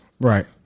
Right